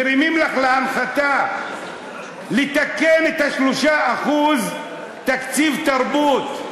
מרימים לך להנחתה לתקן את 3% תקציב התרבות,